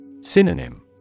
Synonym